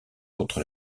contre